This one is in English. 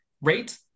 rate